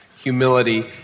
humility